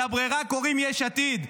לברירה קוראים "יש עתיד",